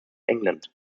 england